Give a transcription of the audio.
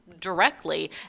directly